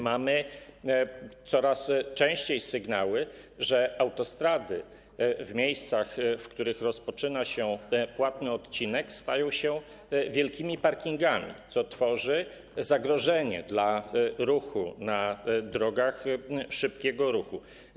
Mamy coraz częściej sygnały, że autostrady w miejscach, w których rozpoczyna się płatny odcinek, stają się wielkimi parkingami, co tworzy zagrożenie dla ruchu na drogach szybkiego ruchu.